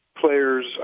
players